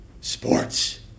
sports